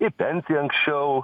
į pensiją anksčiau